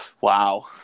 Wow